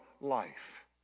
life